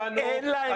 אין להם צורך באיתור.